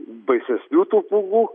baisesnių tų pūgų